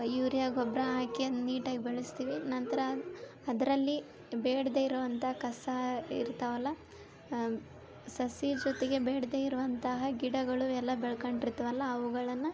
urea ಗೊಬ್ಬರ ಹಾಕಿ ಅದ್ನ ನೀಟಾಗಿ ಬೆಳೆಸ್ತೀವಿ ನಂತರ ಅದರಲ್ಲಿ ಬೇಡ್ದೆರೋವಂಥಾ ಕಸ ಇರ್ತಾವಲ್ಲಾ ಸಸಿ ಜೊತೆಗೆ ಬೇಡದೇ ಇರೋವಂತಹ ಗಿಡಗಳು ಎಲ್ಲಾ ಬೆಳ್ಕೊಂಡಿರ್ತಾವಲ್ಲಾ ಅವುಗಳನ್ನ